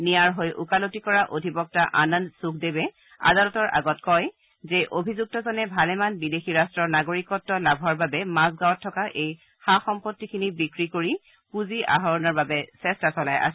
নিয়াৰ হৈ ওকালতি কৰা অধিবক্তা আনন্দ সুখদেৱে আদালতৰ আগত কয় যে অভিযুক্তজনে ভালেমান বিদেশী ৰাট্টৰ নাগৰিকত্ব লাভৰ বাবে মাজগাঁৱত থকা এই সা সম্পত্তিখিনি বিক্ৰী কৰি পুঁজি আহৰণৰ বাবে চেষ্টা চলাই আছে